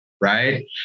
right